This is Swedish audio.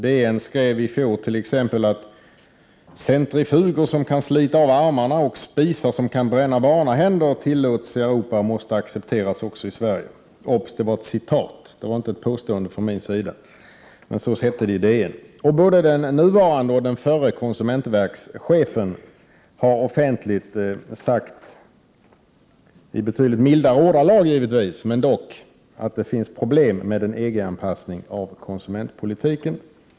DN skrev t.ex. i fjol: ”Centrifuger som kan slita av armarna och spisar som kan bränna barnahänder tillåts i Europa och måste accepteras också i Sverige.” — Det var ett citat, inte ett påstående från min sida! Både den nuvarande och den förre konsumentverkschefen har offentligt sagt — givetvis i betydligt mildare ordalag — att det finns problem med en EG-anpassning av konsumentpolitiken.